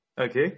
Okay